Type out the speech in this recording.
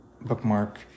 bookmark